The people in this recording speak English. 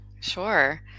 Sure